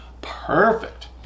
perfect